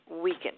weaken